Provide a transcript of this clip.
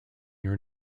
your